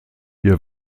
ihr